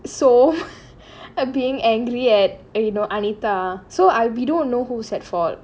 so uh being angry at you know anita so I we don't know who's at fault